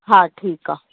हा ठीकु आहे